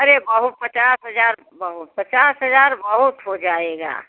अरे बाबु पचास हज़ार बहुत पचास हज़ार बहुत हो जाएगा